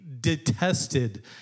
detested